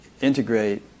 integrate